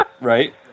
Right